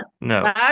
no